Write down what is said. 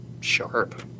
sharp